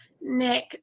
Nick